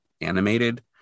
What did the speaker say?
animated